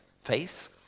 face